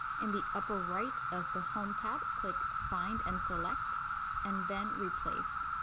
in the upper right of the home tab, click find and select and then replace.